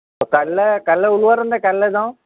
কাইলৈ কাইলৈ ওলোৱা তেন্তে কাইলৈ যাওঁ